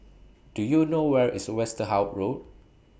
Do YOU know Where IS Westerhout Road